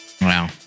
Wow